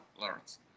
Lawrence